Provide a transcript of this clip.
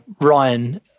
ryan